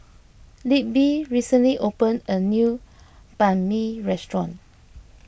Libbie recently opened a new Banh Mi restaurant